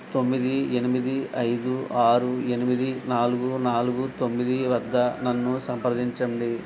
తొమ్మిది ఎనిమిది ఐదు ఆరు ఎనిమిది నాలుగు నాలుగు తొమ్మిది వద్ద నన్ను సంప్రదించండి